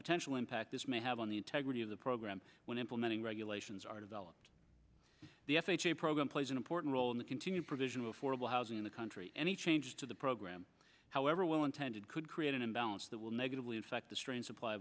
potential impact this may have on the integrity of the program when implementing regulations are developed the f h a program plays an important role in the continued provision of affordable housing in the country any changes to the program however well intended could create an imbalance that will negatively affect the strain supply